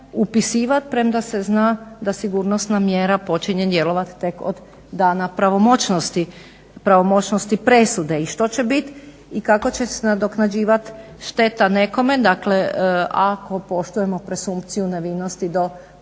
upisivati premda se zna da sigurnosna mjera počinje djelovati tek od dana pravomoćnosti presude. I što će bit i kako će se nadoknađivati šteta nekome. Dakle, ako poštujemo presumpciju nevinosti do pravomoćne